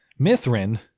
Mithrin